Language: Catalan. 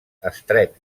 estret